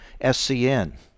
SCN